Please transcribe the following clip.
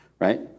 right